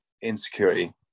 insecurity